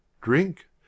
drink